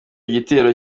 gitero